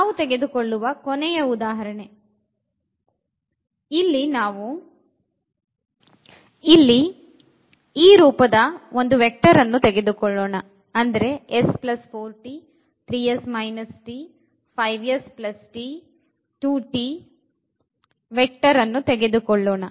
ನಾವು ತೆಗೆದುಕೊಳ್ಳುವ ಕೊನೆಯ ಉದಾಹರಣೆ ಈ ರೂಪದಲ್ಲಿನ ವೆಕ್ಟರ್ ಗಳನ್ನು ತೆಗೆದುಕೊಳ್ಳೋಣ